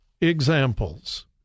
examples